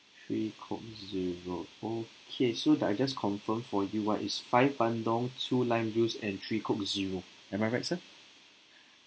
three coke zero okay so I just confirm for you ah is five bandung two lime juice and three coke zero am I right sir